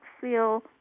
feel